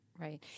right